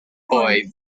point